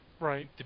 Right